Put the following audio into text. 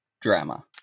drama